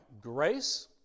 grace